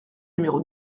numéro